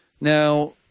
Now